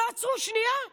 לא עצרו שנייה ואמרו: